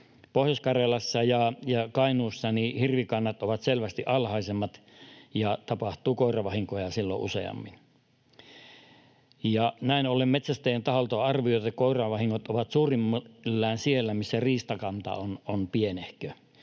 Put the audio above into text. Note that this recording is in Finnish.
Pohjois-Karjalassa ja Kainuussa hirvikannat ovat selvästi alhaisemmat, ja koiravahinkoja tapahtuu silloin useammin. Näin ollen metsästäjien taholta on arvioitu, että koiravahingot ovat suurimmillaan siellä, missä riistakanta on pienehkö.